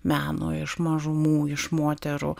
meno iš mažumų iš moterų